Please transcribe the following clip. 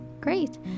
great